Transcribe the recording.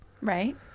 Right